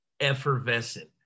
effervescent